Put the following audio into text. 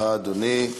תודה רבה לך, אדוני.